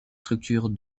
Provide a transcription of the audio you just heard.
structure